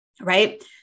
Right